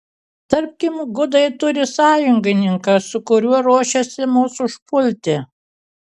tarkim gudai turi sąjungininką su kuriuo ruošiasi mus užpulti